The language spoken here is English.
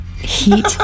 heat